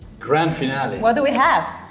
grand finale. what do we have?